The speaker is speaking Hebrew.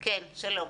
שלום,